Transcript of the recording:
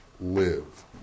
live